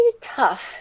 tough